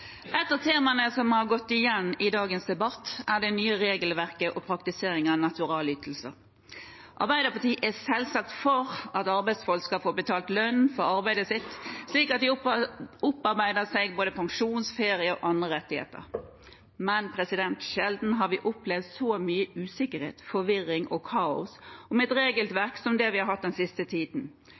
Et av temaene som har gått igjen i dagens debatt, er det nye regelverket og praktiseringen av naturalytelser. Arbeiderpartiet er selvsagt for at arbeidsfolk skal få betalt lønn for arbeidet sitt, slik at de opparbeider seg både pensjon, ferie og andre rettigheter. Men sjelden har vi opplevd så mye usikkerhet, forvirring og kaos med et regelverk som det vi har hatt den siste tiden.